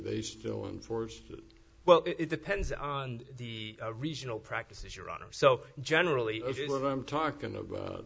was still in force well it depends on the regional practices your honor so generally i'm talking about